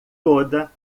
toda